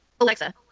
Alexa